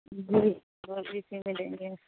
جی college میں ملیں گے